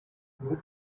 what